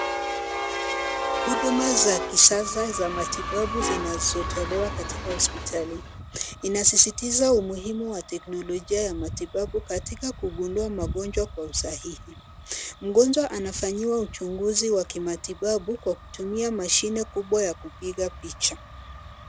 Huduma za kisasa za matibabu zinazotolewa katika hospitali. Inasisitiza umuhimu wa teknolojia ya matibabu katika kugundua magonjwa kwa usahihi. Mgonjwa anafanyiwa uchunguzi wa kimatibabu kwa kutumia mashine kubwa ya kupiga picha.